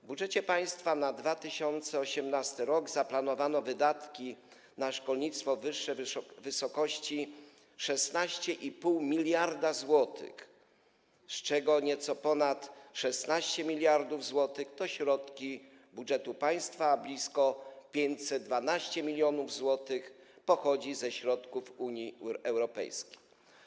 W budżecie państwa na 2018 r. zaplanowano wydatki na szkolnictwo wyższe w wysokości 16,5 mld zł, z czego nieco ponad 16 mld zł to środki z budżetu państwa, a blisko 512 mln zł pochodzi ze środków Unii Europejskiej.